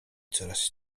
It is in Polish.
coraz